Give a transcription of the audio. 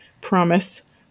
promise